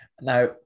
Now